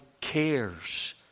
cares